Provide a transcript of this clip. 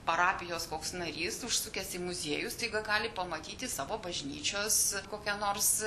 parapijos koks narys užsukęs į muziejų staiga gali pamatyti savo bažnyčios kokią nors